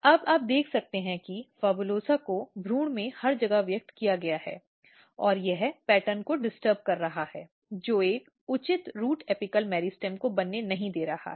अब आप देख सकते हैं PHABULOSA को भ्रूण में हर जगह व्यक्त किया गया है और यह पैटर्न को डिस्टर्ब कर रहा है जो एक उचित रूट एपिकल मेरिस्टम को बनने नहीं दे रहा है